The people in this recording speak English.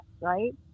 right